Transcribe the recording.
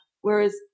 Whereas